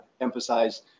emphasize